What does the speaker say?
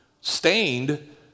stained